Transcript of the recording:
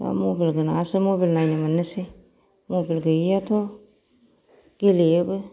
बा मबेल गोनाङासो मबेल नायनो मोननोसै मबेल गैयैआथ' गेलेयोबो